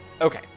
Okay